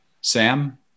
Sam